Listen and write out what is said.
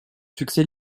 succès